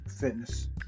fitness